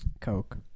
Coke